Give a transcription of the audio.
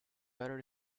better